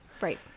Right